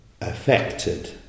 affected